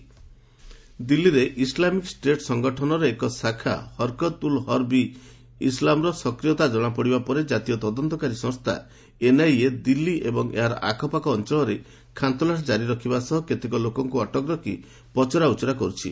NIA ISIS ଦିଲ୍ଲୀରେ Islamic State ସଂଗଠନର ଏକ ଶାଖା ହରକତ ଉଲ୍ ହର୍ବ ଇ ଇସ୍ଲାମ୍ର ସକ୍ରିୟତା କଣାପଡ଼ିବା ପରେ ଜାତୀୟ ତଦନ୍ତକାରୀ ସଂସ୍ଥା ଏନ୍ଆଇଏ ଦିଲ୍ଲୀ ଏବଂ ଏହାର ଆଖପାଖ ଅଞ୍ଚଳରେ ଖାନ୍ତଲାସ ଜାରି ରଖିବା ସହ କେତେକ ଲୋକଙ୍କୁ ଅଟକ ରଖି ପଚରା ଉଚୁରା କରୁଛି